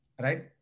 right